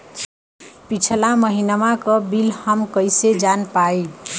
पिछला महिनवा क बिल हम कईसे जान पाइब?